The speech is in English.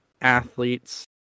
athletes